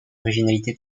originalité